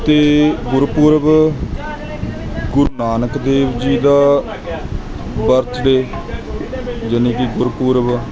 ਅਤੇ ਗੁਰਪੁਰਬ ਗੁਰੂ ਨਾਨਕ ਦੇਵ ਜੀ ਦਾ ਬਰਥਡੇ ਯਾਨੀ ਕਿ ਗੁਰਪੂਰਬ